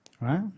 right